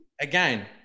Again